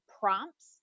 prompts